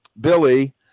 billy